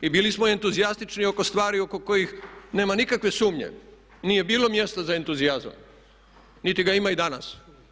I bili smo entuzijastični oko stvari oko kojih nema nikakve sumnje, nije bilo mjesta za entuzijazam niti ga ima i danas.